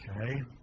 Okay